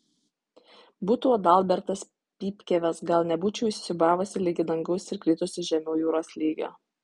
būtų adalbertas pypkiavęs gal nebūčiau įsisiūbavusi ligi dangaus ir kritusi žemiau jūros lygio